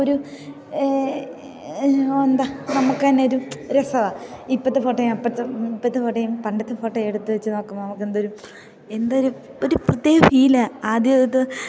അപ്പൊരു എന്താ നമുക്കു തന്നെ ഒരു രസമാണ് ഇപ്പോഴത്തെ ഫോട്ടോയും അപ്പോഴത്തെ ഇപ്പോഴത്തെ ഫോട്ടോയും പണ്ടത്തെ ഫോട്ടോയും എടുത്ത് വെച്ച് നോക്കുമ്പോൾ നമുക്കെന്തൊരു എന്തൊരു ഒരു പുതിയ ഫീലാണ് ആദ്യമത്